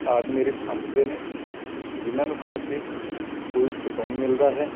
ਆਦਿ ਮੇਰੀ ਪਸੰਦ ਦੇ ਨੇ ਜਿਨ੍ਹਾਂ ਨੂੰ ਖਾ ਕੇ ਕੁਝ ਸਕੂਨ ਮਿਲਦਾ ਹੈ